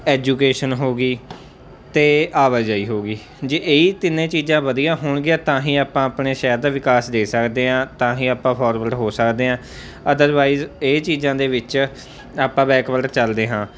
education ਹੋ ਗਈ ਅਤੇ ਆਵਾਜਾਈ ਹੋ ਗਈ ਜੇ ਇਹੀ ਤਿੰਨੇ ਚੀਜ਼ਾਂ ਵਧੀਆ ਹੋਣਗੀਆਂ ਤਾਂ ਹੀ ਆਪਾਂ ਆਪਣੇ ਸ਼ਹਿਰ ਦਾ ਵਿਕਾਸ ਦੇਖ ਸਕਦੇ ਹਾਂ ਤਾਂ ਹੀ ਆਪਾਂ ਫਾਰਵਡ ਹੋ ਸਕਦੇ ਹਾਂ ਅਦਰਵਾਈਜ਼ ਇਹ ਚੀਜ਼ਾਂ ਦੇ ਵਿੱਚ ਆਪਾਂ ਬੈਕਵਰਡ ਚੱਲਦੇ ਹਾਂ